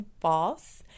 false